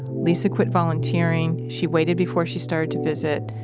lisa quit volunteering she waited before she started to visit,